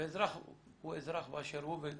ואזרח הוא אזרח באשר הוא.